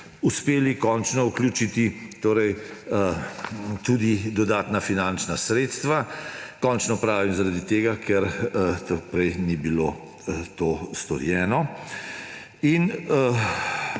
uspeli končno vključiti tudi dodatna finančna sredstva. Končno pravim zaradi tega, ker prej to ni bilo storjeno.